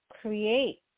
create